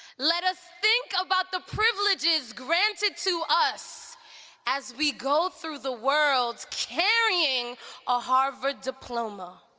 let us think about the privileges granted to us as we go through the world carrying a harvard diploma.